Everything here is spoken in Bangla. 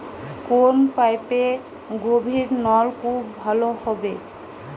কোন পাইপে গভিরনলকুপ ভালো হবে?